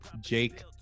jake